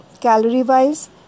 calorie-wise